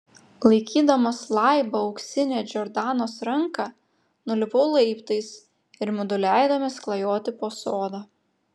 laikydamas laibą auksinę džordanos ranką nulipau laiptais ir mudu leidomės klajoti po sodą